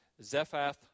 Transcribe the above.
Zephath